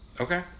Okay